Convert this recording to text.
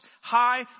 High